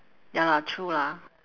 ya lah true lah